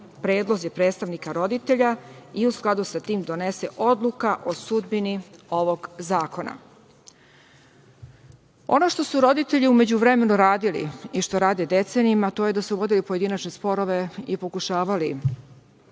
predlozi predstavnika roditelja i u skladu sa tim donese odluka o sudbini ovog zakona. Ono što su roditelji u međuvremenu radili i što rade decenijama, to je da se vode pojedinačne sporove i pokušavali.